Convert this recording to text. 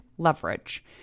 Leverage